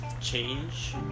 change